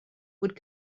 would